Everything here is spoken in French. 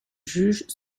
jugent